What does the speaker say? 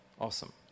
awesome